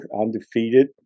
undefeated